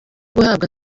guhabwa